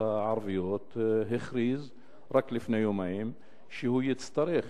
הערביות הכריז רק לפני יומיים שהוא יצטרך,